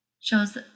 shows